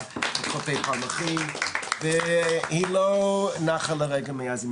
את חוף פלמחים והיא לא נחה לרגע מאז.